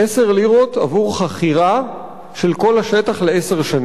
10 לירות עבור חכירה של כל השטח לעשר שנים.